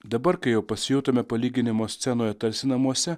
dabar kai pasijutome palyginimo scenoje tarsi namuose